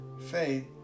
faith